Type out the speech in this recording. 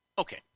Okay